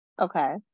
Okay